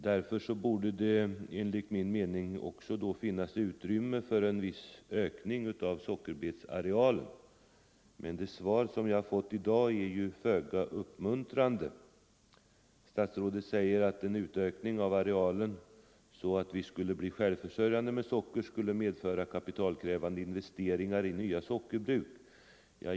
Därvid borde det enligt min mening finnas utrymme för en viss ökning av sockerbetsarealen. Men det svar jag fått i dag är föga uppmuntrande. Statsrådet säger att en ”utökning av arealen så att vi skulle bli självförsörjande med socker skulle medföra kapitalkrävande investeringar i nya sockerbruk”.